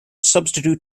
substitute